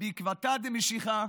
"בעקבתא דמשיחא"